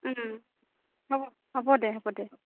হ'ব হ'ব দে হ'ব দে হ'ব